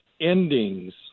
endings